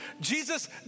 Jesus